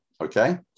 Okay